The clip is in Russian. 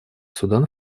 судан